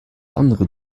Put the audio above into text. andere